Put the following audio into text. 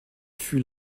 fut